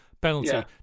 penalty